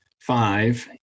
Five